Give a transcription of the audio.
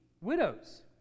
widows